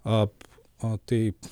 ap o taip